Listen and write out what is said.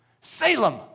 Salem